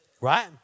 Right